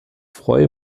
freue